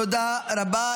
תודה רבה.